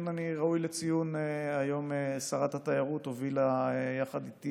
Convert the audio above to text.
ראוי לציון שהיום שרת התיירות הובילה יחד איתי